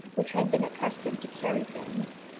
which had been accustomed to carry things,